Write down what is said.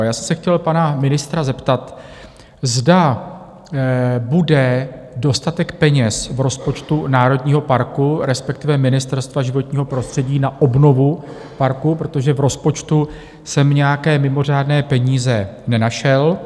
A já jsem se chtěl pana ministra zeptat, zda bude dostatek peněz v rozpočtu národního parku, respektive Ministerstva životního prostředí, na obnovu parku, protože v rozpočtu jsem nějaké mimořádné peníze nenašel.